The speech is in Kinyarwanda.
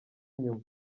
inyuma